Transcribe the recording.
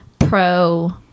pro